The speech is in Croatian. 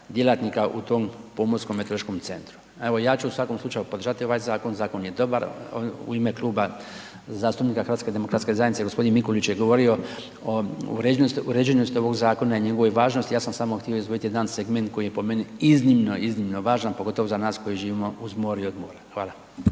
za rad u tom Pomorskom meteorološkom centru. Evo ja ću u svakom slučaju podržati ovaj zakon, zakon je dobar u ime Kluba zastupnika HDZ-a gospodin Mikulić je govorio o uređenosti ovog zakona i njegovoj važnosti, ja sam sam htio izdvojiti jedan segment koji je po meni iznimno, iznimno važan pogotovo za nas koji živimo uz more i od mora. Hvala.